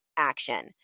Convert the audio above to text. action